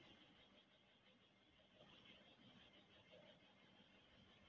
మొసళ్ళ పెంపకం ద్వారా వచ్చే వాటి దళసరి చర్మంతో రకరకాల ఉత్పత్తులను తయ్యారు జేత్తన్నారు